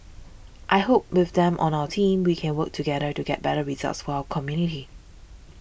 I hope with them on our team we can work together to get better results for our community